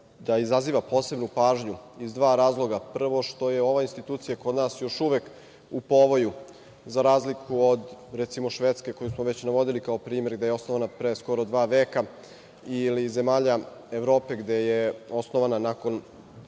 izaziva posebnu pažnju, iz dva razloga. Prvo što je ova institucija kod nas još uvek u povoju, za razliku od, recimo, Švedske, koju smo već navodili kao primer, gde je osnovana pre skoro dva veka ili zemalja Evrope, gde je osnovana nakon